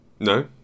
No